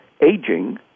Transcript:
aging